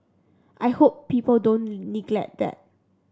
I hope people don't neglect that